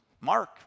Mark